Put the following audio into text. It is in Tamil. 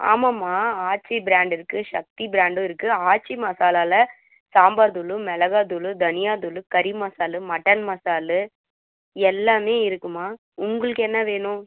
ஆமாம்மா ஆச்சி ப்ராண்டு இருக்குது ஷக்தி ப்ராண்டும் இருக்குது ஆச்சி மசாலாவில் சாம்பார் தூள் மிளகா தூள் தனியா தூள் கறி மசாலா மட்டன் மசாலா எல்லாமே இருக்கும்மா உங்களுக்கு என்ன வேணும்